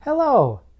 Hello